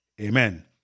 Amen